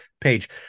page